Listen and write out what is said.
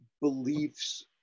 beliefs